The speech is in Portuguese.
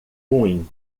ruim